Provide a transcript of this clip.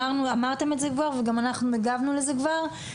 אמרתם את זה כבר וגם אנחנו הגבנו לזה כבר.